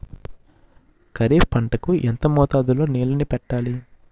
ఖరిఫ్ పంట కు ఎంత మోతాదులో నీళ్ళని పెట్టాలి?